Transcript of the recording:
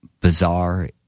bizarre